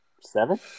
Seven